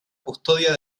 custodia